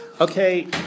Okay